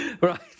Right